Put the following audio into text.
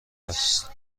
است